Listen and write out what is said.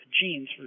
genes